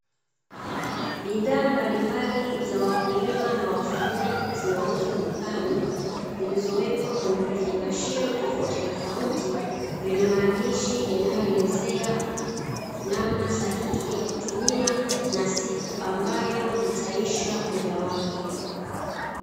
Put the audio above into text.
Bidhaa mbalimbali za wakulima na wafugaji zinauzwa dukani, zilizowekwa kwenye vifungashio tofautitofauti vyenye maandishi yanayoelezea namna sahihi ya kutumia na siku ambayo itaisha muda wake.